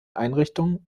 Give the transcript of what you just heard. einrichtungen